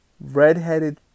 redheaded